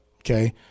Okay